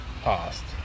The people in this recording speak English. past